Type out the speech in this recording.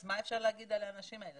אז מה אפשר להגיד על האנשים האלה?